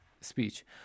speech